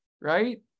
Right